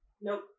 Nope